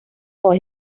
for